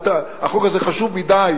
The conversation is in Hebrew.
החוק הזה חשוב מדי,